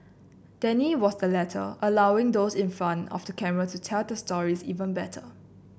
Danny was the latter allowing those in front of the camera to tell their stories even better